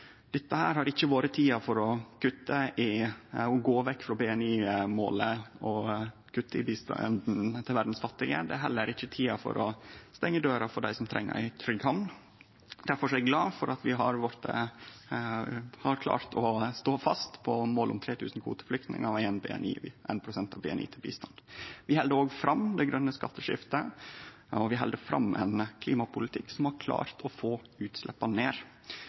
Dette har ikkje vore tida for å gå vekk frå BNI-målet og kutte i bistanden til verdas fattige. Det er heller ikkje tida for å stengje døra for dei som treng ei trygg hamn. Difor er eg glad for at vi har klart å stå fast på målet om 3 000 kvoteflyktningar og 1 pst. av BNI til bistand. Vi held òg fram med det det grøne skatteskiftet, og vi held fram med ein klimapolitikk som har klart å få utsleppa ned.